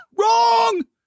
wrong